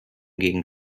gegen